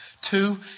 Two